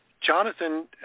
Jonathan